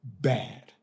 bad